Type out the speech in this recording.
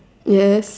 yes